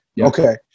Okay